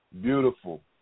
Beautiful